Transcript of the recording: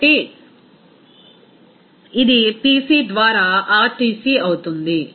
కాబట్టి ఇది Pc ద్వారా RTc అవుతుంది